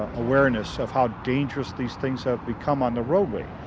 awareness of how dangerous these things have become on the roadway.